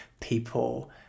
people